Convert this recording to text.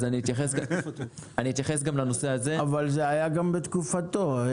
אלי, זה היה גם בתקופתו.